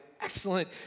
excellent